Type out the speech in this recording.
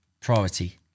priority